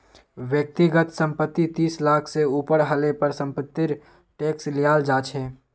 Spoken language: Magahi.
व्यक्तिगत संपत्ति तीस लाख से ऊपर हले पर समपत्तिर टैक्स लियाल जा छे